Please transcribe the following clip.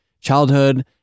childhood